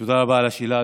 תודה רבה על השאלה.